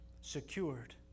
secured